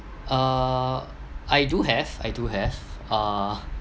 uh I do have I do have uh